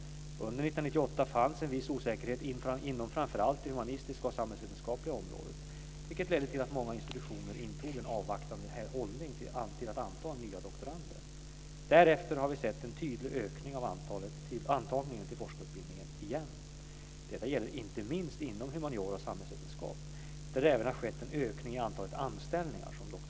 Under 1998 fanns en viss osäkerhet inom framför allt det humanistiska och samhällsvetenskapliga området vilket ledde till att många institutioner intog en avvaktande hållning till att anta nya doktorander. Därefter har vi sett en tydlig ökning av antagningen till forskarutbildningen igen. Detta gäller inte minst inom humaniora och samhällsvetenskap där det även har skett en ökning av antalet anställningar som doktorand.